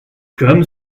comme